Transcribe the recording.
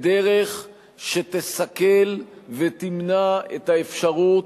בדרך שתסכל ותמנע את האפשרות